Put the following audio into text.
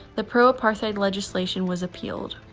the pro-apartheid legislation was appealed.